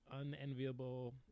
unenviable